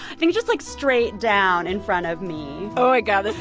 think just, like, straight down in front of me oh, my god,